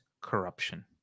corruption